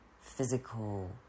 physical